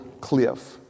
cliff